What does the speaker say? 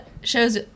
shows